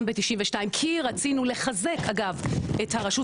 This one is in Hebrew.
ב- 1992 כי רצינו לחזק אגב את הרשות